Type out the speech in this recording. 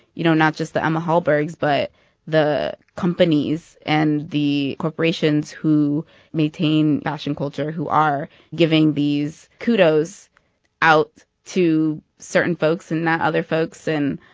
you know, not just the emma hallbergs but the companies and the corporations who maintain fashion culture, who are giving these kudos out to certain folks and not other folks. and,